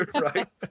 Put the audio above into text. Right